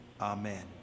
Amen